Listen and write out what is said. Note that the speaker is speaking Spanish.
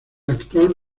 actual